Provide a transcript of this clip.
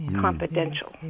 confidential